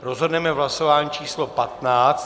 Rozhodneme v hlasování číslo patnáct.